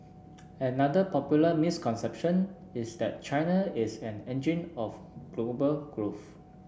another popular misconception is that China is an engine of global growth